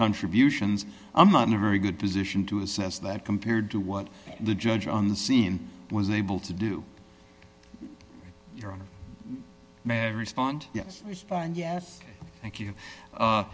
contributions i'm not in a very good position to assess that compared to what the judge on the scene was able to do your honor may respond yes yes thank you